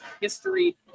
history